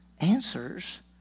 answers